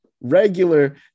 regular